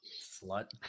Slut